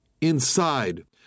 inside